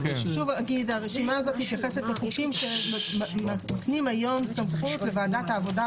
הרשימה הזאת מתייחסת לחוקים היום שבסמכות וועדת העבודה,